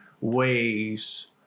ways